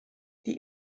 die